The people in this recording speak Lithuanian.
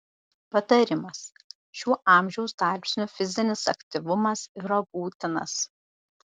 patarimas šiuo amžiaus tarpsniu fizinis aktyvumas yra būtinas